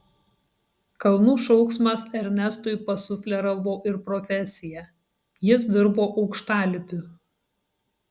kalnų šauksmas ernestui pasufleravo ir profesiją jis dirbo aukštalipiu